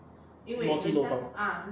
逻辑漏洞